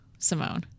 simone